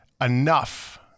enough